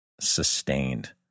sustained